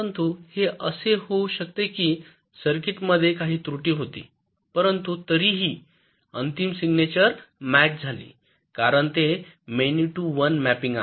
परंतु हे असे होऊ शकते की सर्किटमध्ये काही त्रुटी होती परंतु तरीही अंतिम सिग्नेचर मॅच झाली कारण ते मेनी टू वन मॅपिंग आहे